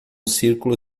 círculo